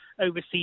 overseas